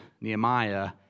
Nehemiah